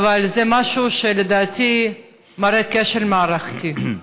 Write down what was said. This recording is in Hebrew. אבל זה משהו שלדעתי מראה כשל מערכתי.